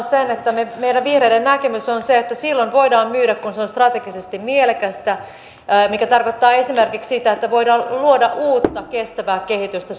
sen että meidän vihreiden näkemys on se että silloin voidaan myydä kun se on strategisesti mielekästä mikä tarkoittaa esimerkiksi sitä että voidaan luoda suomalaiselle yhteiskunnalle uutta kestävää kehitystä